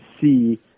see